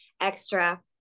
extra